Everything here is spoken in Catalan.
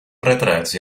retrats